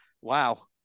wow